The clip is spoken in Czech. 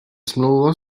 smlouva